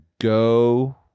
go